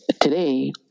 today